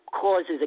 causes